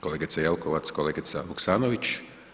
Kolegice Jelkovac, kolegica Vuksanović.